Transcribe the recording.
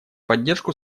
поддержку